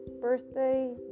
birthday